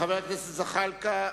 לחבר הכנסת זחאלקה,